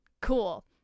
Cool